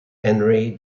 henry